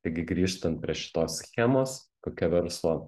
taigi grįžtant prie šitos schemos kokia verslo